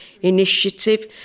initiative